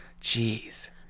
Jeez